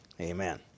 Amen